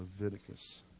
Leviticus